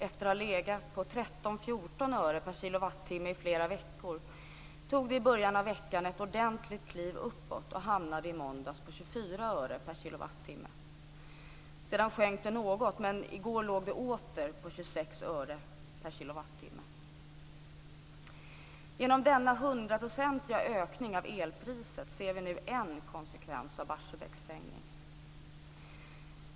Efter att ha legat på 13-14 öre per kilowattimme i flera veckor tog det i början av veckan ett ordentligt kliv uppåt och hamnade i måndags på 24 öre per kilowattimme. Sedan sjönk det något, men i går låg det åter på 26 öre per kilowattimme. Genom denna hundraprocentiga ökning av elpriset ser vi nu en konsekvens av Barsebäcks stängning.